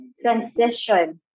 transition